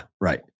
right